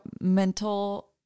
mental